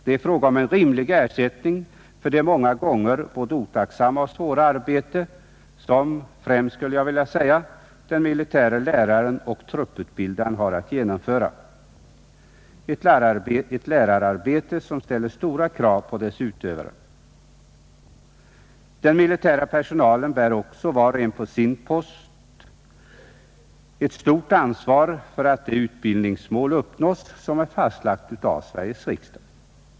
Det är fråga om en rimlig ersättning för det många gånger både otacksamma och svåra arbete som, skulle jag vilja säga, främst den militäre läraren och trupputbildaren har att genomföra, ett lärararbete som ställer stora krav på dess utövare. Den militära personalen bär också var och en på sin post ett stort ansvar för att det utbildningsmål uppnås som är fastlagt av Sveriges riksdag.